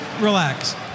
relax